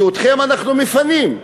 שאתכם אנחנו מפנים,